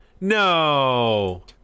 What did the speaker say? No